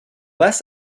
less